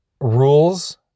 rules